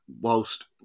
whilst